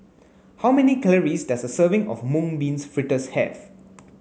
how many calories does a serving of mung bean fritters have